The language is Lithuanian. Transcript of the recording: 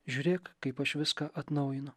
žiūrėk kaip aš viską atnaujinu